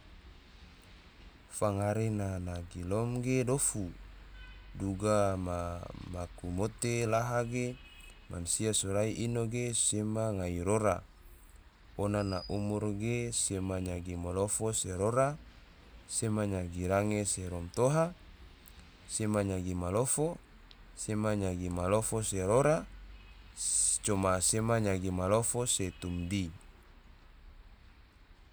Fagare na dagillom ge dofu, duga ma maku mote laha ge mansia sorai ino ge sema ngai rora, ona na umur ge sema nyagi malofo se rora, sema nyagi range se romtoha, sema nyagi malofo, sema nyagi malofo se rora, coma sema nyagi malofo se tomdi